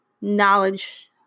knowledge